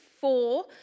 four